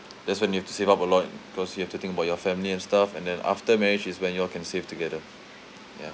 that's when you have to save up a lot cause you have to think about your family and stuff and then after marriage is when you all can save together ya